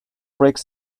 breaks